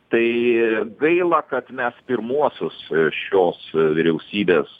tai gaila mes pirmuosius šios vyriausybės